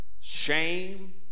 shame